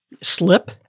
Slip